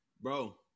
Bro